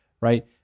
Right